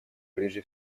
прежде